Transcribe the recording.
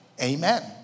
Amen